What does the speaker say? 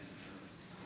"אני